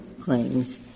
claims